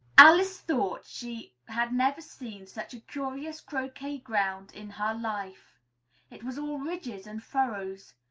alice thought she had never seen such a curious croquet-ground in her life it was all ridges and furrows.